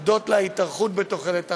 הודות להתארכות תוחלת החיים,